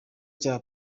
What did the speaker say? cya